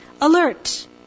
alert